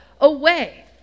away